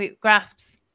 Grasps